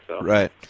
Right